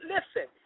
Listen